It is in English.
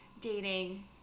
dating